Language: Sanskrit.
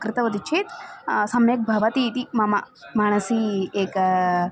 कृतवती चेत् सम्यक् भवति इति मम मनसि एकः